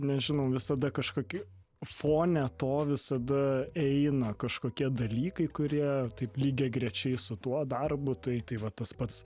nežinau visada kažkokį fone to visada eina kažkokie dalykai kurie taip lygiagrečiai su tuo darbu tai tai va tas pats